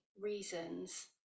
reasons